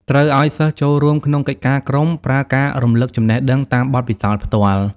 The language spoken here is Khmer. ត្រូវឲ្យសិស្សចូលរួមក្នុងកិច្ចការក្រុម ប្រើការរំលឹកចំណេះដឹងតាមបទពិសោធន៍ផ្ទាល់។